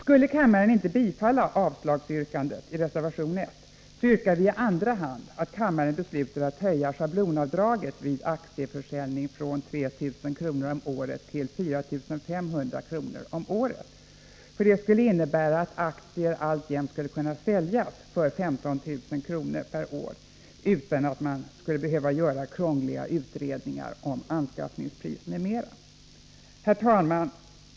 Skulle kammaren inte bifalla avslagsyrkandet i reservation 1, hemställer vi i andra hand att kammaren beslutar att höja schablonavdraget vid aktieförsäljning från 3 000 kr. om året till 4 500 kr. om året. Aktier skulle då alltjämt kunna säljas för 15 000 kr. per år utan att krångliga utredningar om anskaffningspris m.m. skulle behöva göras. Herr talman!